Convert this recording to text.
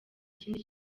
kindi